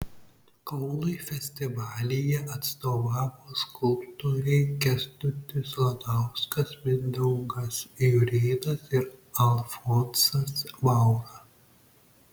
kaunui festivalyje atstovavo skulptoriai kęstutis lanauskas mindaugas jurėnas ir alfonsas vaura